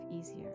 easier